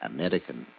American